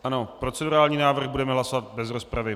Ano procedurální návrh budeme hlasovat bez rozpravy.